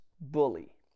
bully